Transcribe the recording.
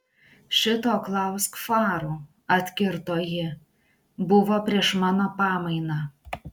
šito klausk farų atkirto ji buvo prieš mano pamainą